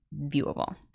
viewable